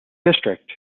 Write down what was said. district